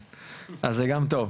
אז זה גם טוב.